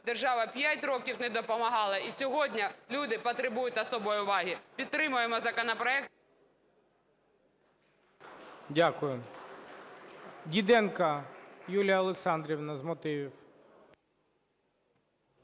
держава 5 років не допомагала і сьогодні люди потребують особливої уваги. Підтримаємо законопроект… ГОЛОВУЮЧИЙ. Дякую. Діденко Юлія Олександрівна, з мотивів.